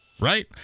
right